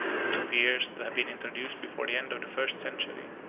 which appears to have been introduced before the end of the first century,